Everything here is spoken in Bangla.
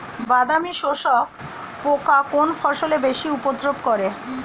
বাদামি শোষক পোকা কোন ফসলে বেশি উপদ্রব করে?